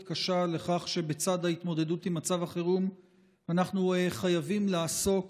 קשה לכך שבצד ההתמודדות עם מצב החירום אנחנו חייבים לעסוק